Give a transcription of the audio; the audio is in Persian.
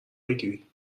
بگیری